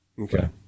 Okay